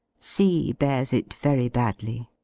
c bears it very badly.